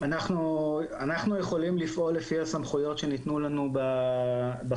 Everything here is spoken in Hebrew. אנחנו יכולים לפעול לפי הסמכויות שניתנו לנו בחוק.